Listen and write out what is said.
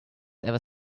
ever